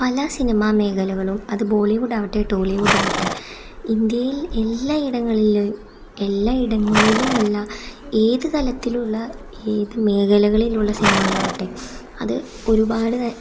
പല സിനിമാമേഖലകളും അത് ബോളിവുഡ് ആകട്ടെ ടോളിവുഡ് ആകട്ടെ ഇന്ത്യയിൽ എല്ലാ ഇടങ്ങളിലും എല്ലാ ഇടങ്ങളിലുമുള്ള ഏത് തലത്തിലുള്ള ഏത് മേഖലകളിലുള്ള സിനിമകളാകട്ടെ അത് ഒരുപാട് നേർ